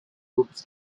groups